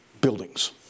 buildings